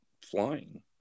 flying